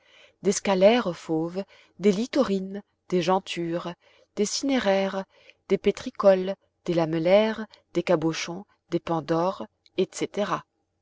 des scalaires fauves des littorines des janthures des cinéraires des pétricoles des lamellaires des cabochons des pandores etc